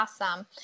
awesome